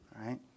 right